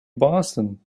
boston